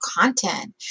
content